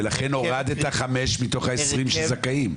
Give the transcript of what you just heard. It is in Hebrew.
לכן הורדת חמישה מתוך 20 שזכאים.